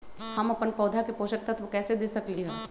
हम अपन पौधा के पोषक तत्व कैसे दे सकली ह?